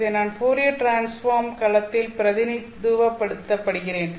இதை நான் Fourier transform களத்தில் பிரதிநிதித்துவப்படுத்துகிறேன்